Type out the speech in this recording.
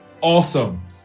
awesome